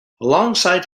alongside